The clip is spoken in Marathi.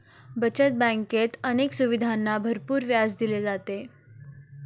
बचत बँकेत अनेक सुविधांना भरपूर व्याज दिले जाते